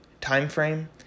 timeframe